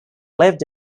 lived